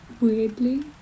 Weirdly